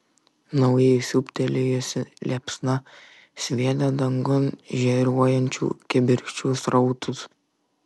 naujai siūbtelėjusi liepsna sviedė dangun žėruojančių kibirkščių srautus